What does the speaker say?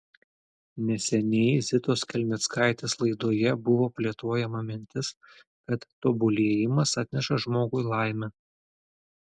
neseniai zitos kelmickaitės laidoje buvo plėtojama mintis kad tobulėjimas atneša žmogui laimę